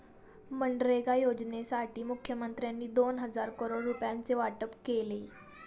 मनरेगा योजनेसाठी मुखमंत्र्यांनी दोन हजार करोड रुपयांचे वाटप केले